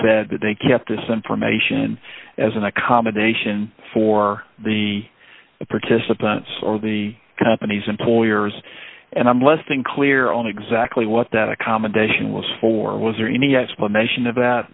that they kept this information as an accommodation for the participants or the companies employers and i'm listing clear on exactly what that accommodation was for was there any explanation